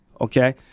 okay